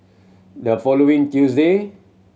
the following Tuesday